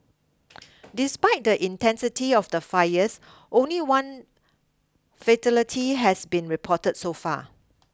despite the intensity of the fires only one fatality has been reported so far